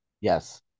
Yes